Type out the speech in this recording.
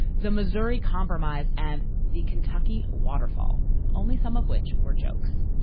the missouri compromise and the kentucky waterfall only some of which were jokes.